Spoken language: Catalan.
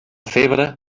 febre